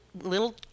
little